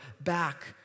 back